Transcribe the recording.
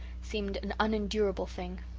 seemed an unendurable thing.